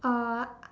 uh